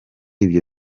ibyo